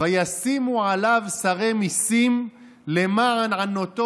"וישימו עליו שרי מסים למען ענֹתו